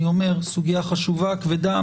אני אומר, סוגיה חשובה, כבדה.